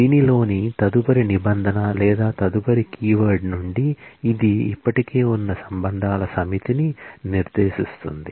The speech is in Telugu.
దీనిలోని తదుపరి నిబంధన లేదా తదుపరి కీవర్డ్ నుండి ఇది ఇప్పటికే ఉన్న రిలేషన్ల సమితిని నిర్దేశిస్తుంది